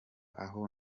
aho